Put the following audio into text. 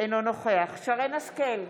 אינו נוכח שרן מרים השכל,